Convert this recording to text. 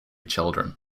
children